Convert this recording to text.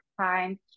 time